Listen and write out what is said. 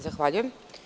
Zahvaljujem.